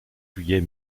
juillet